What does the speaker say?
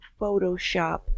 Photoshop